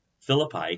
Philippi